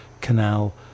canal